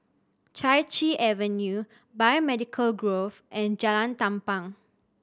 Chai Chee Avenue Biomedical Grove and Jalan Tampang